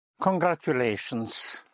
Congratulations